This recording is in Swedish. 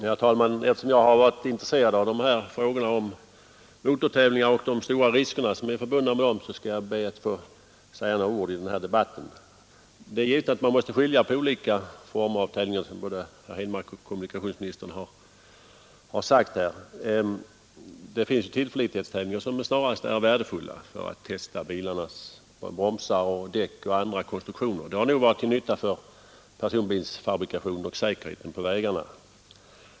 Herr talman! Eftersom jag länge har varit intresserad av frågor om motortävlingar och de stora risker som är förbundna med dem skall jag be att få säga några ord i den här debatten. Det är givet att man måste skilja på olika former av tävlingar, som både herr Henmark och kommunikationsministern har sagt. Det finns tillförlitlighetstävlingar, som snarast är värdefulla för testning av bilarnas bromsar, däck och andra konstruktioner. De har nog varit till nytta för personbilsfabrikationen och säkerheten på vägarna.